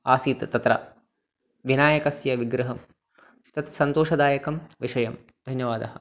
आसीत् तत्र विनायकस्य विग्रहं तत्सन्तोषदायकं विषयं धन्यवादः